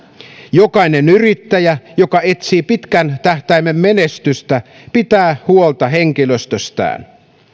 jokainen yrittäjä joka etsii pitkän tähtäimen menestystä pitää huolta henkilöstöstään